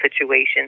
situations